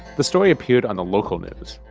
the story appeared on the local news.